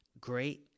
great